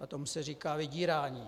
A tomu se říká vydírání.